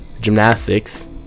gymnastics